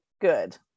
good